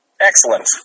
Excellent